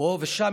פה ושם,